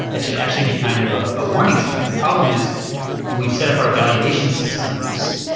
that should actually be kind of ah a warning sign. the problem is we've set up our evaluation systems,